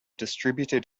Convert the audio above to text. distributed